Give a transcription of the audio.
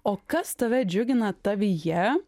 o kas tave džiugina tavyje